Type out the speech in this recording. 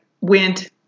went